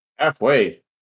Halfway